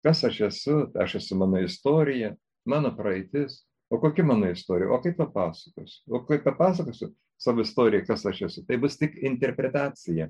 kas aš esu aš esu mano istorija mano praeitis o kokia mano istorija o kai papasakosiu o kai papasakosiu savo istoriją kas aš esu tai bus tik interpretacija